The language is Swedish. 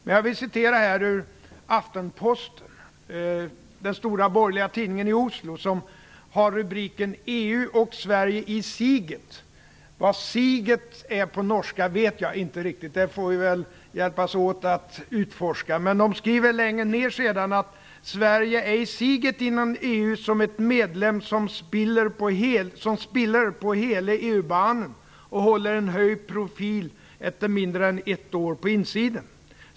Men jag vill här citera något ur Aftenposten, den stora borgerliga tidningen i Oslo. Rubriken lyder: EU og Sverige i siget. Vad "siget" är vet jag inte riktigt. Det får vi väl hjälpas åt med att utforska. Längre ner skriver Aftenposten: "- Sverige är i siget innen EU som et medlem som spiller på hele EU-banen og holder en høy profil - etter mindre enn et år på innsiden.